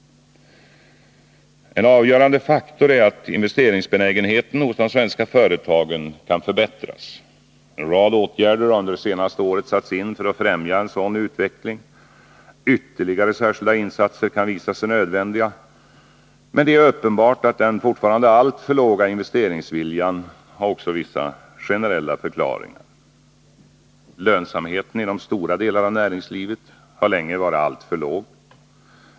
En avgörande faktor är att investeringsbenägenheten hos de svenska företagen kan förbättras. En rad åtgärder har under det senaste året satts in för att främja en sådan utveckling. Ytterligare särskilda insatser kan visa sig nödvändiga. Men det är uppenbart att den fortfarande alltför låga investeringsviljan också har vissa generella förklaringar. Lönsamheten inom stora delar av näringslivet har länge varit alltför dålig.